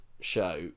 show